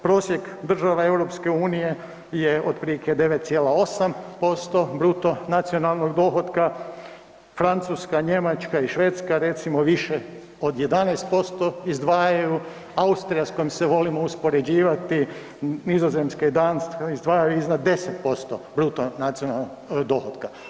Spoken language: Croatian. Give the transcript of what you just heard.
Prosjek država EU je otprilike 9,8% bruto nacionalnog dohotka, Francuska, Njemačka i Švedska recimo više od 11% izdvajaju, Austrija s kojom se volimo uspoređivati, Nizozemska i Danska izdvajaju iznad 10% bruto nacionalnog dohotka.